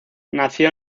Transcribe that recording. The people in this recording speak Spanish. nació